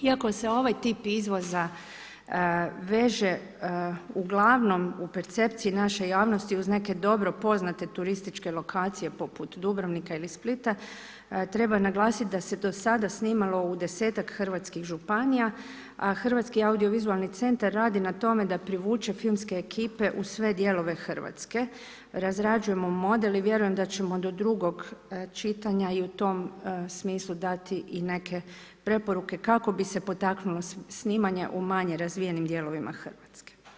Iako se ovaj tip izvoza veže ugl. u percepciji naše javnosti uz neke dobro poznate turističke lokacije poput Dubrovnika ili Splita, treba naglasiti da se do sada snimalo u 10-tak hrvatskih županija, a Hrvatski audiovizualni centar radi na tome da privuče filmske ekipe u sve dijelove Hrvatske razrađujemo model i vjerujem da ćemo do drugo čitanja i u tom smislu dati i neke preporuke kako bi se potaknulo snimanje u manje razvijenim dijelovima Hrvatske.